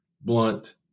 blunt